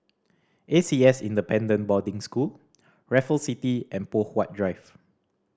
A C S Independent Boarding School Raffles City and Poh Huat Drive